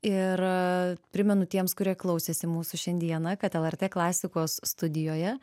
ir primenu tiems kurie klausėsi mūsų šiandieną kad lrt klasikos studijoje